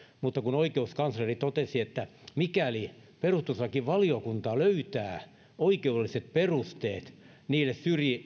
mutta kun oikeuskansleri totesi että mikäli perustuslakivaliokunta löytää oikeudelliset perusteet niille